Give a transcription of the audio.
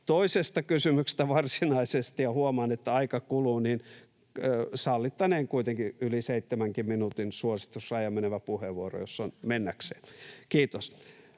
toisesta kysymyksestä varsinaisesti ja huomaan, että aika kuluu, niin sallittaneen kuitenkin yli seitsemänkin minuutin suositusrajan menevä puheenvuoro, jos on mennäkseen. — Kiitos.